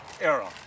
era